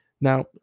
Now